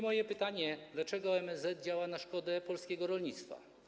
Moje pytanie: Dlaczego MSZ działa na szkodę polskiego rolnictwa?